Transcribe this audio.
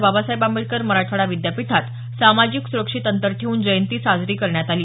बाबासाहेब आंबेडकर मराठवाडा विद्यापिठात सामाजिक सुरक्षित अंतर ठेऊन जयंती साजरी करण्यात आली